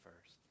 first